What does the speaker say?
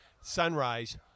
sunrise